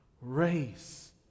race